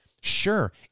Sure